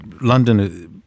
London